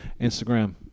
Instagram